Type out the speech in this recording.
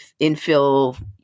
infill